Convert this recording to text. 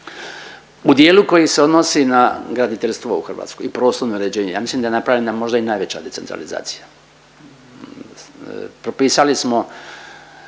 u dijelu koji se odnosi na graditeljstvo u Hrvatskoj i prostorno uređenje ja mislim da je napravljena možda i najveća decentralizacija. Propisali smo